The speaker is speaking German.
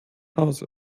hause